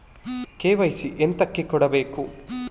KYC ಎಂತಕೆ ಕೊಡ್ಬೇಕು?